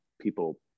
people